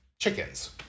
chickens